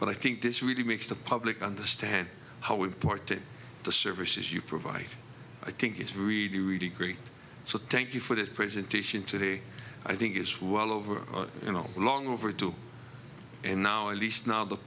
but i think this really makes the public understand how important the services you provide i think it's really really great so thank you for that presentation today i think it's well over you know long overdue and now at least now the